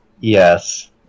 Yes